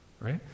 Right